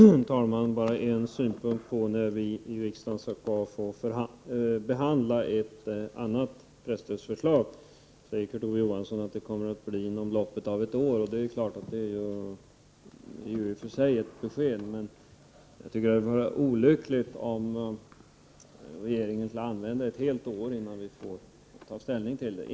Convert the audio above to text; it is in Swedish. Herr talman! Kurt Ove Johansson säger att riksdagen inom loppet av ett år skall behandla ett annat presstödsförslag. Det är i och för sig ett besked, men jag tycker det är olyckligt att det skall dröja så länge, innan vi får ta ställning till det.